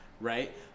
right